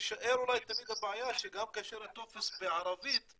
ותישאר אולי תמיד הבעיה שגם כשהטופס בערבית,